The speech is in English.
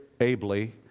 ably